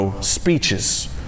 speeches